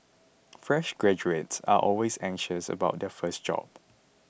fresh graduates are always anxious about their first job